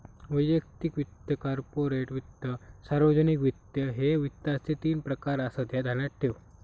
वैयक्तिक वित्त, कॉर्पोरेट वित्त, सार्वजनिक वित्त, ह्ये वित्ताचे तीन प्रकार आसत, ह्या ध्यानात ठेव